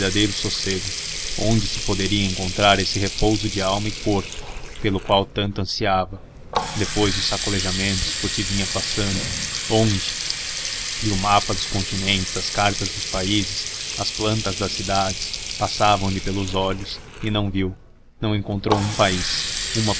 o verdadeiro sossego onde se poderia encontrar esse repouso de alma e corpo pelo qual tanto ansiava depois dos sacolejamentos por que vinha passando onde e o mapa dos continentes as cartas dos países as plantas das cidades passavam-lhe pelos olhos e não viu não encontrou um país uma